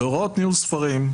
בהוראות ניהול ספרים,